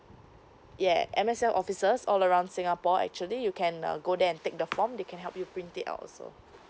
yeah M_S_F offices all around singapore actually you can uh go there and take the form they can help you print it also